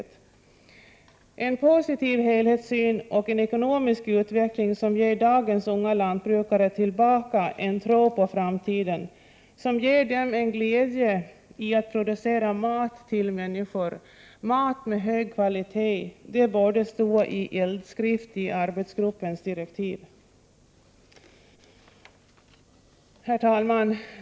Det skall vara en positiv helhetssyn och en ekonomisk utveckling som ger dagens unga lantbrukare tillbaka tron på framtiden, ger dem en glädje i att producera mat till människor, mat med hög kvalitet — och det borde stå i eldskrift i arbetsgruppens direktiv. Herr talman!